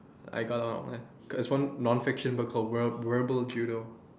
I got it online there's one non fiction book called re~ rebel judo